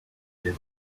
did